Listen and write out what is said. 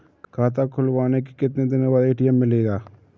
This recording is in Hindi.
खाता खुलवाने के कितनी दिनो बाद ए.टी.एम मिलेगा?